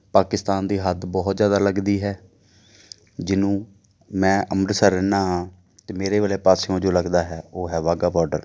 ਪਾਕਿਸਤਾਨ ਦੀ ਹੱਦ ਬਹੁਤ ਜ਼ਿਆਦਾ ਲੱਗਦੀ ਹੈ ਜਿਹਨੂੰ ਮੈਂ ਅੰਮ੍ਰਿਤਸਰ ਰਹਿੰਦਾ ਹਾਂ ਅਤੇ ਮੇਰੇ ਵਾਲੇ ਪਾਸਿਓਂ ਜੋ ਲੱਗਦਾ ਹੈ ਉਹ ਹੈ ਵਾਹਗਾ ਬੋਡਰ